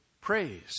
praise